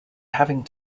having